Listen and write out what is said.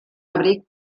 abric